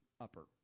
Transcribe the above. upper